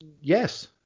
yes